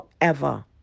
forever